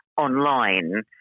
online